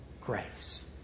grace